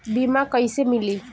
बीमा कैसे मिली?